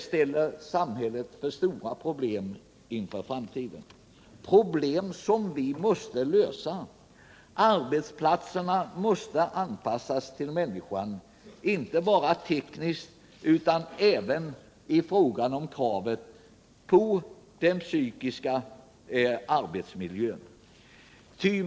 Detta innebär stora problem för samhället i framtiden, problem som vi måste lösa. Arbetsplatserna måste anpassas till människan, inte bara tekniskt utan även när det gäller den psykiska arbetsmiljön.